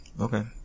Okay